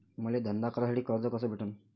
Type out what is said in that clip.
मले धंदा करासाठी कर्ज कस भेटन?